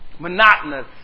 Monotonous